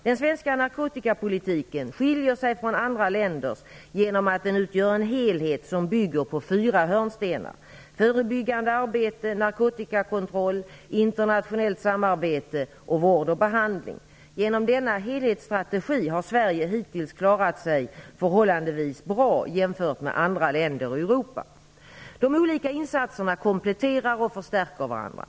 Den svenska narkotikapolitiken skiljer sig från andra länders genom att den utgör en helhet som bygger på fyra hörnstenar: förebyggande arbete, narkotikakontroll, internationellt samarbete och vård och behandling. Genom denna helhetsstrategi har Sverige hittills klarat sig förhålIandevis bra jämfört med andra länder i Europa. De olika insatserna kompletterar och förstärker varandra.